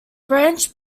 branch